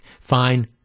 fine